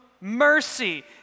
mercy